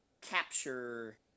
capture